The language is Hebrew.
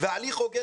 והליך הוגן,